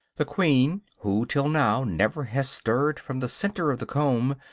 the queen, who till now never has stirred from the center of the comb,